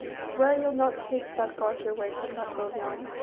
swear ye'll not take that garter away from that boliaun.